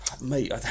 mate